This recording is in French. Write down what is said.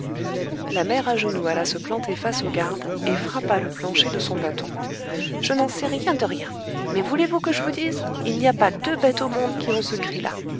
la mère agenoux alla se planter face au garde et frappa le plancher de son bâton je n'en sais rien de rien mais voulez-vous que j'vous dise il n'y a pas deux bêtes au monde qui ont ce cri là